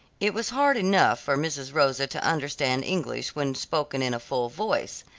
it was hard enough for mrs. rosa to understand english when spoken in a full voice,